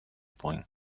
points